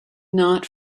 not